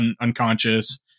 unconscious